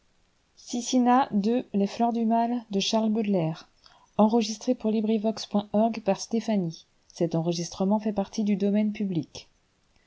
les fleurs du mal